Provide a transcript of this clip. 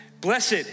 Blessed